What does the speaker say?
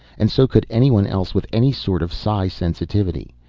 and so could anyone else with any sort of psi sensitivity.